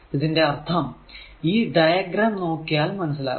ഇതിന്റെ അർഥം ഈ ഡയഗ്രം നോക്കിയാൽ മനസ്സിലാകും